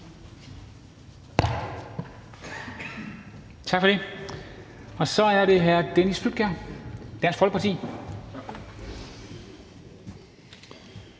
Tak for det. Så er det hr. Dennis Flydtkjær, Dansk Folkeparti.